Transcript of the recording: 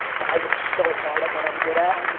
but i go so hard at what i'm good at.